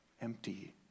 empty